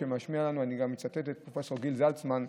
אני אצטט גם את פרופ' גיל זלצמן,